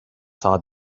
thought